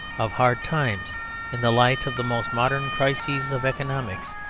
of hard times in the light of the most modern crises of economics,